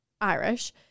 Irish